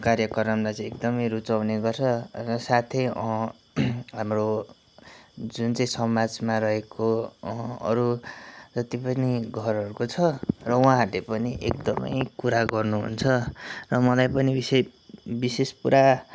कार्यक्रमलाई चाहिँ एकदमै रुचाउने गर्छ र साथै हाम्रो जुन चाहिँ समाजमा रहेको अरू जति पनि घरहरूको छ र उहाँहरूले पनि एकदमै कुरा गर्नुहुन्छ र मलाई पनि विशे विशेष पुरा